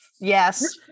Yes